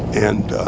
and